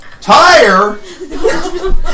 Tire